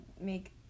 make